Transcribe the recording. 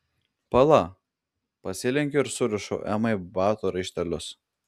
pala pasilenkiu ir surišu emai batų raištelius